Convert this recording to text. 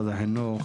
החינוך.